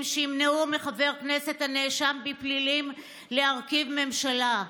שימנעו מחבר כנסת הנאשם בפלילים להרכיב ממשלה.